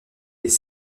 les